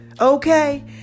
Okay